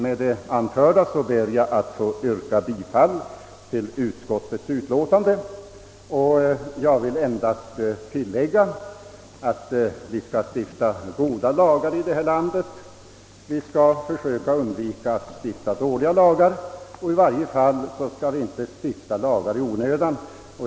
Med det anförda ber jag få yrka bifall till utskottets hemställan och vill endast tillägga, att vi skall stifta goda lagar i detta land och försöka undvika att stifta dåliga lagar. I varje fall skall vi inte stifta lagar i onödan.